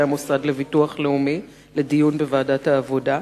המוסד לביטוח לאומי לדיון בוועדת העבודה?